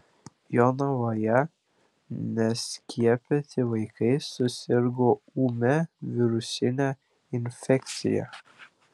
jonavoje neskiepyti vaikai susirgo ūmia virusine infekcija